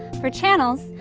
for channels,